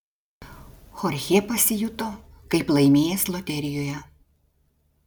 chorchė pasijuto kaip laimėjęs loterijoje